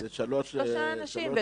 נכון לשעה זו, כן, שלושה אנשים.